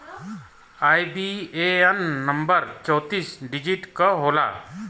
IBAN number चौतीस digit क होला